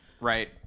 right